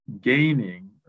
gaining